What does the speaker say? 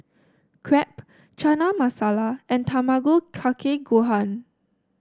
Crepe Chana Masala and Tamago Kake Gohan